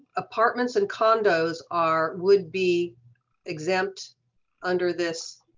apartments and condos are would be exempt under this